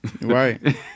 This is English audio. Right